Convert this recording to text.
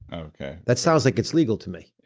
okay. that sounds like it's legal to me.